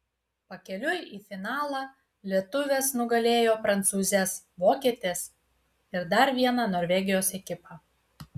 pakeliui į finalą lietuvės nugalėjo prancūzes vokietes ir dar vieną norvegijos ekipą